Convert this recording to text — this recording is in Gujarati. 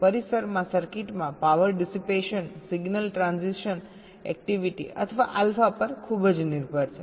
તેથી પરિસરમાં સર્કિટમાં power dissipation signal transition activity અથવા આલ્ફા પર ખૂબ જ નિર્ભર છે